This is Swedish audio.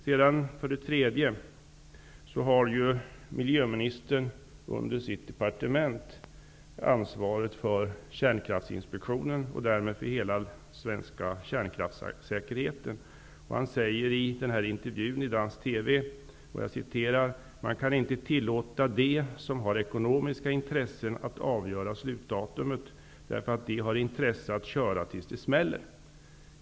Min tredje punkt är att miljöministern under sitt departement har ansvaret för Kärnkraftsinspektionen och därmed för hela den svenska kärnkraftssäkerheten. Han säger i intervjun i dansk TV: ''Man kan inte tillåta att de som har ekonomiska intressen att avgöra slutdatumet därför att de har intresse att köra tills det smäller.